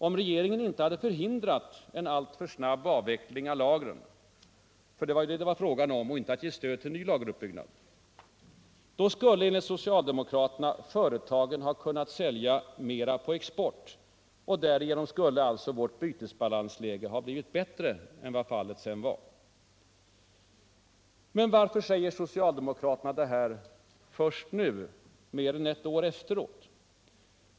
Om regeringen inte hade förhindrat en alltför snabb avveckling av Finansdebatt Finansdebatt lagren — för det var ju detta det gällde, inte att ge stöd till en ny lageruppbyggnad — skulle enligt socialdemokraterna företagen ha kunnat sälja mera på export, och därigenom skulle alltså vårt bytesbalansläge ha blivit bättre än vad fallet sedan blev. Men varför säger socialdemokraterna detta först nu, mer än ett år efteråt”?